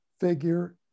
figure